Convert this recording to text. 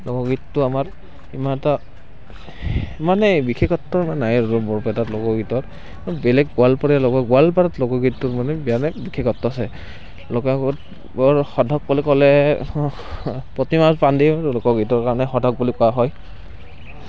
লোকগীতটো আমাৰ ইমান এটা মানে বিশেষত্ব ইমান নাই আৰু বৰপেটাত লোকগীতৰ বেলেগ গোৱালপৰীয়া গোৱালপাৰাত লোকগীতটোৰ মানে বেলেগ বিশেষত্ব আছে লোকগীতৰ সাধক বুলি ক'লে প্ৰতিমা পাণ্ডেৰ লোকগীতৰ কাৰণে সাধক বুলি কোৱা হয়